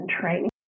training